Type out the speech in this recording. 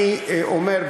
אני אומר,